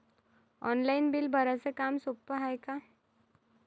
Online bill भराच काम सोपं हाय का?